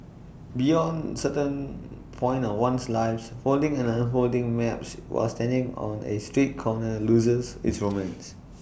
beyond A certain point in one's life folding and unfolding maps while standing on A street corners loses its romance